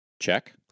Check